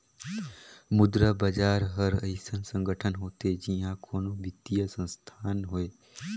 मुद्रा बजार हर अइसन संगठन होथे जिहां कोनो बित्तीय संस्थान होए